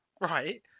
Right